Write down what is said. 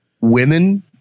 women